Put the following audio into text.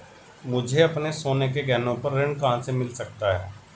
मुझे अपने सोने के गहनों पर ऋण कहां से मिल सकता है?